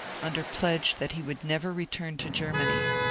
under pledge that he would never return to ger many,